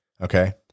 Okay